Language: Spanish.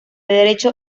derecho